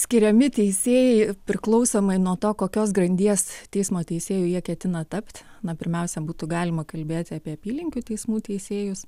skiriami teisėjai priklausomai nuo to kokios grandies teismo teisėju jie ketina tapt na pirmiausia būtų galima kalbėti apie apylinkių teismų teisėjus